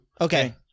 Okay